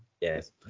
Yes